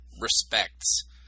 respects